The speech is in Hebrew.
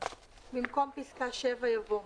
במקום פסקה (7) יבוא: